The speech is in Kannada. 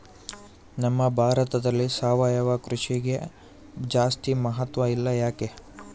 ನಮ್ಮ ಭಾರತದಲ್ಲಿ ಸಾವಯವ ಕೃಷಿಗೆ ಜಾಸ್ತಿ ಮಹತ್ವ ಇಲ್ಲ ಯಾಕೆ?